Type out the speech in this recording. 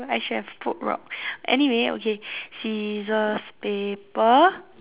I should have put rock anyway okay scissors paper